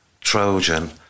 Trojan